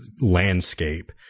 landscape